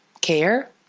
care